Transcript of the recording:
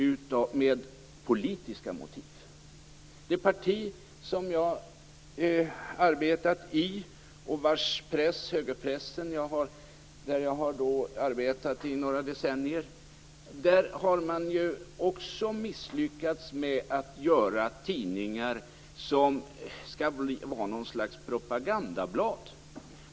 När det gäller det parti som jag har arbetat i och vars press - högerpressen - jag har verkat i under några decennier har man också misslyckats med att göra tidningar som skall vara något slags propagandablad.